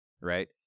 right